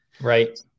Right